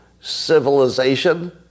civilization